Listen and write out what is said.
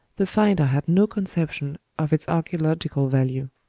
the finder had no conception of its archaeological value.